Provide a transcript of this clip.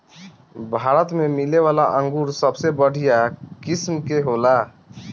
भारत में मिलेवाला अंगूर सबसे बढ़िया किस्म के होला